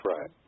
right